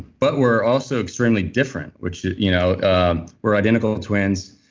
but we're also extremely different, which you know we're identical twins.